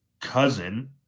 cousin